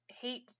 hate